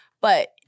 But-